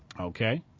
okay